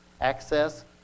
access